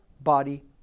body